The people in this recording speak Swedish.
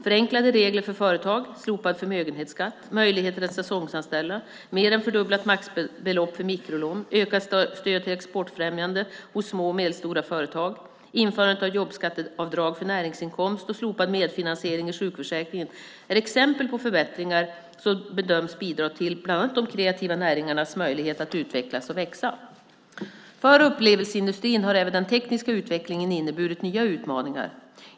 Förenklade regler för företag, slopad förmögenhetsskatt, möjligheter att säsongsanställa, mer än fördubblat maxbelopp för mikrolån, ökat stöd till exportfrämjande hos små och medelstora företag, införandet av jobbskatteavdrag för näringsinkomst och slopad medfinansiering i sjukförsäkringen är exempel på förbättringar som bedöms bidra till bland annat de kreativa näringarnas möjlighet att utvecklas och växa. För upplevelseindustrin har även den tekniska utvecklingen inneburit nya utmaningar.